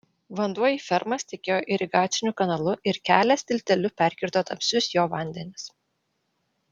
vanduo į fermas tekėjo irigaciniu kanalu ir kelias tilteliu perkirto tamsius jo vandenis